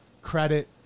credit